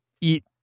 Eat